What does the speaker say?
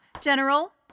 General